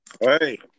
hey